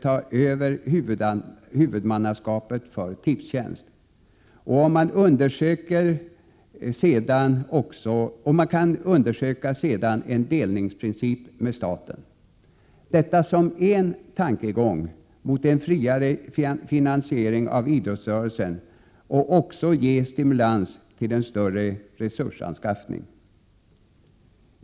ta över huvudmannaskapet för Tipstjänst och att man skulle undersöka en princip för delning med staten. Detta kan ses som en tankegång i riktning mot en friare finansiering av idrottsrörelsen som också kan ge stimulans till en större resursanskaffning.